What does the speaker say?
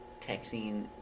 Texting